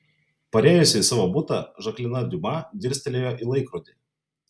parėjusi į savo butą žaklina diuma dirstelėjo į laikrodį